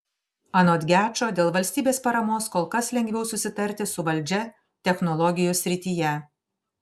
anot gečo dėl valstybės paramos kol kas lengviau susitarti su valdžia technologijų srityje